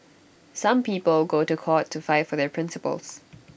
some people go to court to fight for their principles